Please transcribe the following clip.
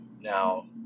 Now